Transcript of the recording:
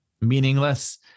meaningless